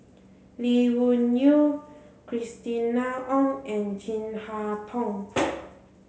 Lee Wung Yew Christina Ong and Chin Harn Tong